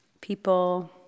People